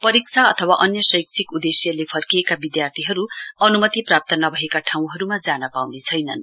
परीक्षा अथवा अन्य शैक्षिक उदेश्यले फर्किएका विद्यार्थीहरू अनुमतिप्राप्त नभएका ठाउँहरूमा जान पाउने छैनन्